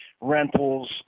rentals